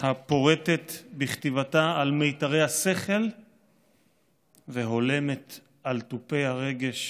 הפורטת בכתיבתה על מיתרי השכל והולמת על תופי הרגש